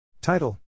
Title